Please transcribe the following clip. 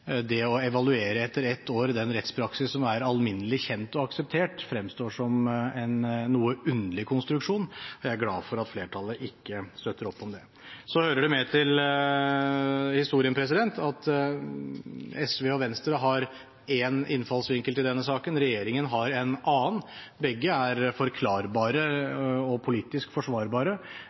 Å evaluere etter et år den rettspraksis som er alminnelig kjent og akseptert, fremstår som en noe underlig konstruksjon. Jeg er glad for at flertallet ikke støtter opp om det. Så hører det med til historien at SV og Venstre har én innfallsvinkel til denne saken – regjeringen har en annen. Begge er